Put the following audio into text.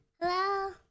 Hello